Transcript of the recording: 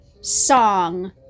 song